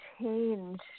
changed